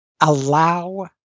allow